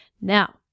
Now